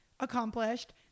accomplished